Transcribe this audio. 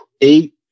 eight